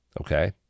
okay